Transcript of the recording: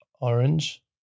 Orange